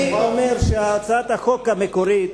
אני אומר שהצעת החוק המקורית